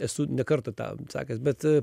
esu ne kartą tą sakęs bet